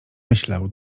myślał